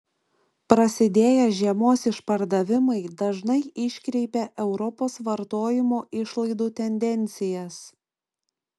prasidėję žiemos išpardavimai dažnai iškreipia europos vartojimo išlaidų tendencijas